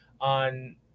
on